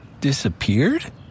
disappeared